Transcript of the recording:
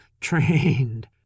trained